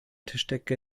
tischdecke